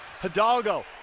Hidalgo